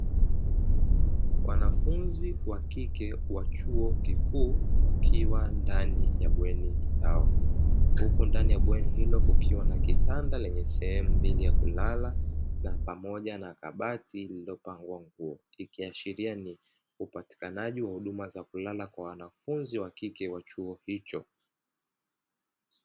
Wanafunzi wa kike wa chuo kikuu, wakiwa ndani ya bweni lao huko ndani ya bweni hilo kukiwa na kitanda lenye sehemu mbili ya kulala na pamoja na kabati lililopangwa nguo, ikiashiria ni upatikanaji wa huduma za kulala kwa wanafunzi wa kike wa chuo hicho.